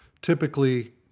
typically